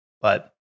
but-